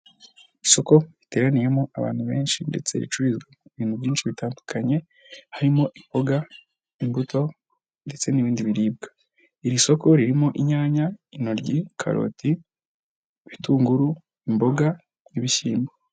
Isoko riteraniyemo abantu benshi ndetse ricuruza ibintu byinshi bitandukanye, harimo imboga, imbuto ndetse n'ibindi biribwa. Iri soko ririmo inyanya, intoryi, karoti, ibitunguru, imboga n'ibishyimbo.